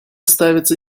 ставится